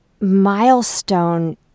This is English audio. milestone